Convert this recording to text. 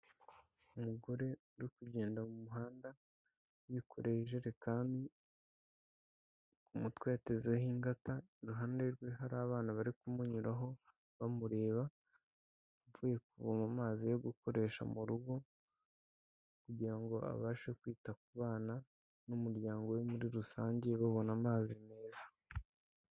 Umugore uri kugenda mu muhanda, yikoreye ijerekani, ku mutwe yatezeho ingata, iruhande rwe hari abana bari kumunyuraho bamureba avuye kuvoma amazi yo gukoresha mu rugo, kugira ngo abashe kwita ku bana n'umuryango we muri rusange babona amazi meza.